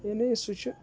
یعنی سُہ چھِ